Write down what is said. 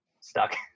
stuck